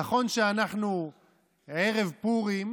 נכון שאנחנו ערב פורים,